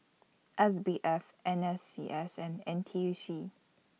S B F N S C S and N T U C